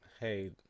hey